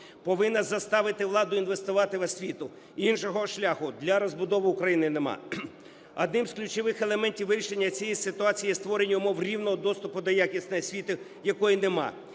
повинно заставити владу інвестувати в освіту. Іншого шляху для розбудови України немає. Одним з ключових елементів вирішення цієї ситуації є створення умови рівного доступу до якісної освіти, якої нема,